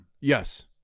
Yes